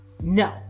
no